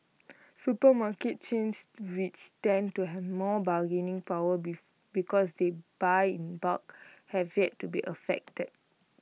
supermarket chains which tend to have more bargaining power be because they buy in bulk have yet to be affected